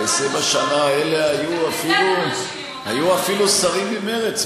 ב-20 השנה האלה היו אפילו שרים ממרצ,